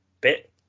bit